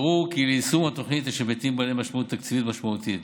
ברור כי ליישום התוכנית יש היבטים בעלי משמעות תקציבית משמעותית,